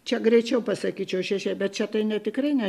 čia greičiau pasakyčiau šešė bet čia tai ne tikrai ne